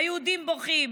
היהודים בוכים,